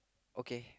okay